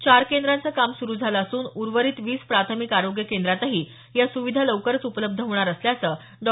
चार केंद्रांचं काम सुरू झालं असून उर्वरित वीस प्राथमिक आरोग्य केंद्रातही या सुविधा लवकरच उपलब्ध होणार असल्याचं डॉ